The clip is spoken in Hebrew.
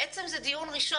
זה בעצם דיון ראשון.